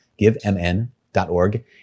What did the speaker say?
givemn.org